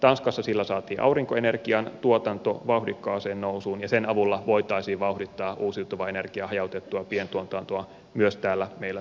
tanskassa sillä saatiin aurinkoenergian tuotanto vauhdikkaaseen nousuun ja sen avulla voitaisiin vauhdittaa uusiutuvan energian hajautettua pientuotantoa myös täällä meillä suomessa